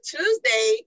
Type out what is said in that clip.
Tuesday